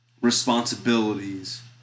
responsibilities